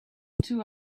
two